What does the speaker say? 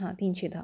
हां तीनशे दहा